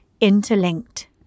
interlinked